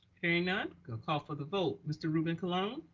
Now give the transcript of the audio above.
hearing none call for the vote. mr. ruben colon.